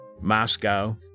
Moscow